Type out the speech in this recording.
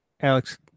Alex